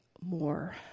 more